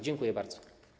Dziękuję bardzo.